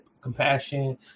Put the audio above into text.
compassion